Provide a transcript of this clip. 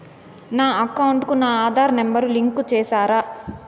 నా అకౌంట్ కు నా ఆధార్ నెంబర్ లింకు చేసారా